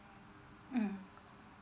mm